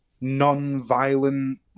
non-violent